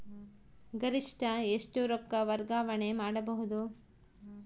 ಗರಿಷ್ಠ ಎಷ್ಟು ರೊಕ್ಕ ವರ್ಗಾವಣೆ ಮಾಡಬಹುದು?